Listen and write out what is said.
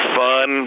fun